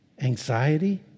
anxiety